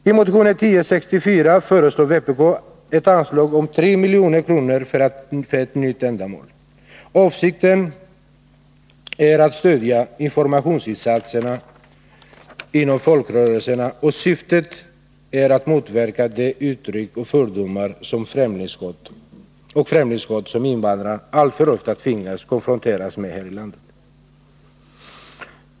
I motionen 1064 föreslår vpk ett anslag om 3 milj.kr. för ett nytt ändamål. Avsikten är att stödja informationsinsatserna inom folkrörelserna i syfte att motverka de uttryck för fördomar och främlingshat som invandrarna alltför ofta tvingas bli konfronterade med här i landet.